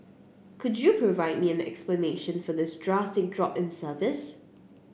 could you provide me an explanation for this drastic drop in service